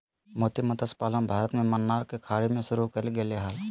मोती मतस्य पालन भारत में मन्नार के खाड़ी में शुरु कइल गेले हल